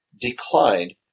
declined